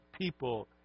people